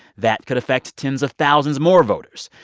that could affect tens of thousands more voters.